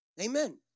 Amen